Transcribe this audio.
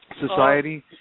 society